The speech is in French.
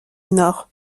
nord